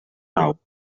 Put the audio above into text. nou